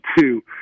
two